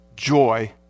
joy